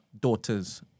daughter's